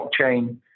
blockchain